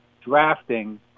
drafting